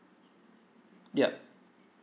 yup